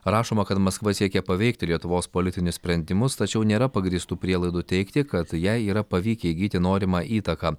rašoma kad maskva siekia paveikti lietuvos politinius sprendimus tačiau nėra pagrįstų prielaidų teigti kad jai yra pavykę įgyti norimą įtaką